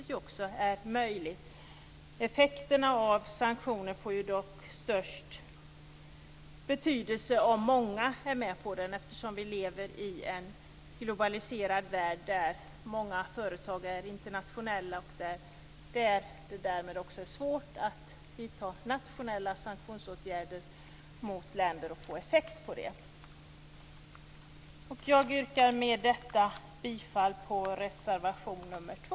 Effekterna av sanktioner blir dock störst om många står bakom dem. Vi lever i en globaliserad värld med många internationella företag. Det blir därmed svårt att vidta nationella sanktionsåtgärder som får effekt på berörda länder. Jag yrkar med detta bifall till reservation nr 2.